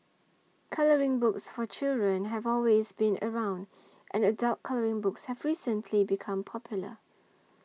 colouring books for children have always been around and adult colouring books have recently become popular